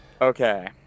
Okay